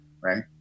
right